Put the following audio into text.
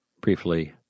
briefly